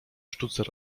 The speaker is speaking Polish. sztucer